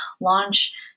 launch